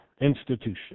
institution